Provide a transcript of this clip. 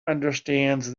understands